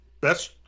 Best